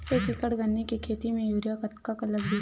एक एकड़ गन्ने के खेती म यूरिया कतका लगही?